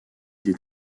des